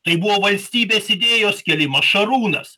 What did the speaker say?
tai buvo valstybės idėjos kėlimas šarūnas